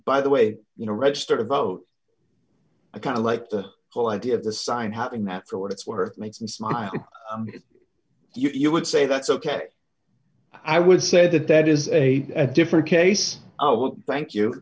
by the way you know register to vote i kind of like the whole idea of the sign having that for what it's worth makes me smile you would say that's ok i would say that that is a different case oh well thank you